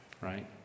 right